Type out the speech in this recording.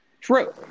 true